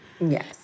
Yes